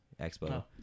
Expo